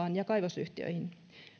kaivosalaan ja kaivosyhtiöihin